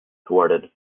thwarted